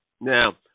now